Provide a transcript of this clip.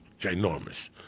ginormous